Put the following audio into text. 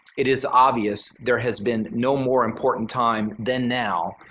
it is obvious there has been no more important time than now,